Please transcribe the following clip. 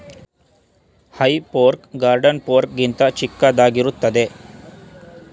ಹೇ fork garden fork ಗಿಂತ ಚಿಕ್ಕದಾಗಿರುತ್ತದೆ